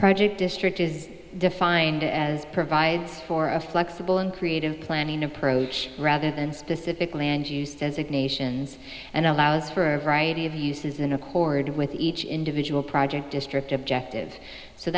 project district is defined as provides for a flexible and creative planning approach rather than specific land use designation zx and allows for a variety of uses in accord with each individual project district objectives so